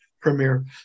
premiere